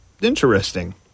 interesting